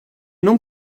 non